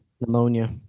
Pneumonia